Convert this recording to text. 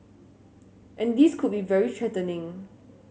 and this could be very threatening